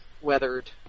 weathered